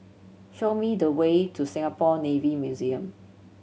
show me the way to Singapore Navy Museum